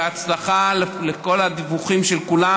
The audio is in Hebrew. ולפי כל הדיווחים של כולם,